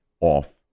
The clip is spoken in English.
off